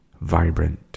vibrant